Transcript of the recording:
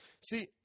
See